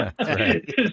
right